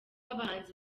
abahanzi